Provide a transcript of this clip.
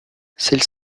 celle